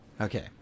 okay